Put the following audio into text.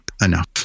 enough